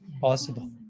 possible